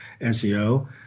SEO